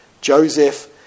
Joseph